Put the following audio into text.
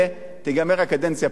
תיגמר הקדנציה פעמיים.